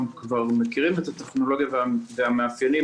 כבר מכירים את הטכנולוגיה והמאפיינים.